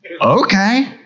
Okay